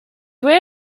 where